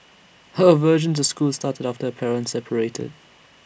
her aversion to school started after her parents separated